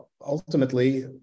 ultimately